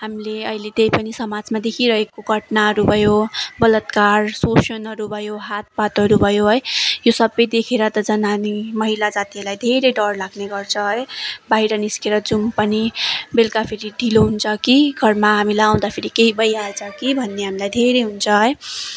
हामले अहिले त्यही पनि समाजमा देखिरहेको घटनाहरू भयो बलत्कार शोषणहरू भयो हातपातहरू भयो है यो सबै देखेर त झन् हामी महिला जातिहरूलाई धेरै डर लाग्ने गर्छ है बाहिर निस्केर जाउँ पनि बेलुका फेरि ढिलो हुन्छ कि घरमा हामीलाई आउँदाफेरि केही भइहाल्छ कि भन्ने हामीलाई धेरै हुन्छ है